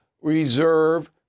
reserve